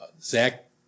Zach